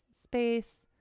space